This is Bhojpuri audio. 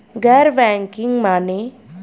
गैर बैंकिंग माने?